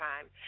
time